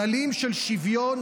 כללים של שוויון,